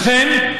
אכן,